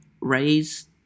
raise